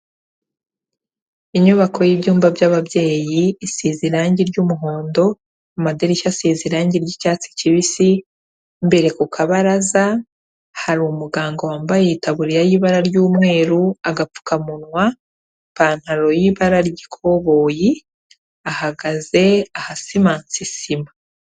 Inyubako y'ibyumba by'ababyeyi, isize irangi ry'umuhondo, amadirishya asize irangi ry'icyatsi kibisi, imbere ku kabaraza hari umuganga wambaye itaburiya y'ibara ry'umweru, agapfukamunwa, ipantaro y'ibara ry'ikoboyi, ahagaze ahasimanze sima.